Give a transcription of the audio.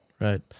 Right